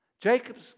Jacob's